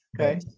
okay